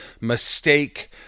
mistake